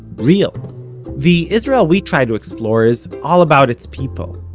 real the israel we try to explore is all about its people.